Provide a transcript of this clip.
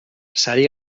sari